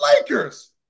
Lakers